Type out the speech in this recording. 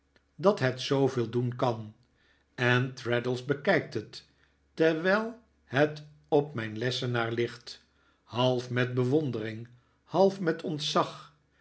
dat het zooveel doen kan en traddles bekijkt het terwijl het op mijn lessenaar ligt half met bewondering half met ontzag